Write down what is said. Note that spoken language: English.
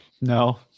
No